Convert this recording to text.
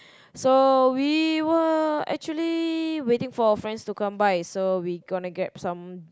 so we were actually waiting for our friends to come by so we're gonna grab some